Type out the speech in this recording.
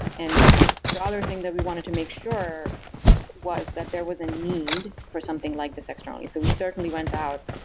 and the other thing that we wanted to make sure was that there was a need for something like this externally. so we certainly went out.